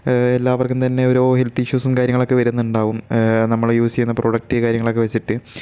എല്ലാവർക്കും തന്നെ ഓരോ ഹെൽത്തിഷ്യൂസും കാര്യങ്ങളും ഒക്കെ വരുന്നുണ്ടാകും നമ്മൾ യൂസ് ചെയ്യുന്ന പ്രോഡക്റ്റ് കാര്യങ്ങളൊക്കെ വെച്ചിട്ട്